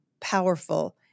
powerful